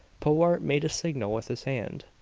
powart made a signal with his hand.